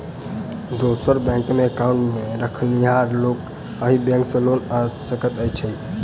दोसर बैंकमे एकाउन्ट रखनिहार लोक अहि बैंक सँ लोन लऽ सकैत अछि की?